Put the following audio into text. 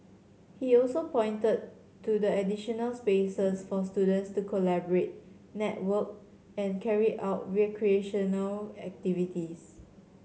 he also pointed to the addition of spaces for students to collaborate network and carry out recreational activities